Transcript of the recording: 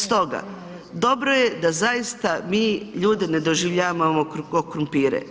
Stoga, dobro je da zaista mi ljude ne doživljavamo ko krumpire.